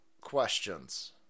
questions